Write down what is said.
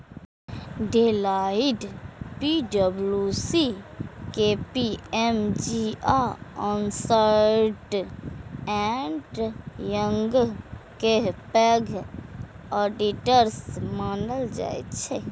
Deloitte, पी.डब्ल्यू.सी, KPMG आ Ernst and Young कें पैघ ऑडिटर्स मानल जाइ छै